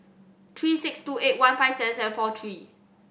three six two eight one five seven seven four three